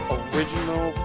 original